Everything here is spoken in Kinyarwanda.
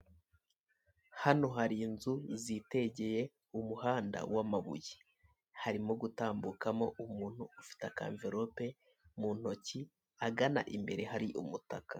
Hano hari inzu zitegeye umuhanda w'amabuye. Harimo gutambukamo umuntu ufite ka amvelope mu ntoki hagana imbere hari umutaka.